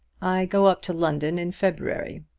i go up to london in february.